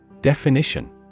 Definition